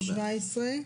סעיף 17,